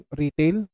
retail